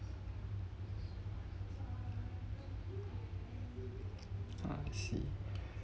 ah I see